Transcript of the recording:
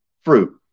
fruit